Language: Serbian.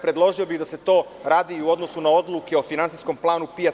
Predložio bih da se to radi i u odnosu na odluke o Finansijskom planu PIO.